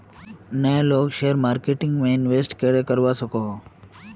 नय लोग share marketing में इंवेस्ट करे करवा सकोहो?